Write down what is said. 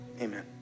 Amen